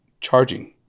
charging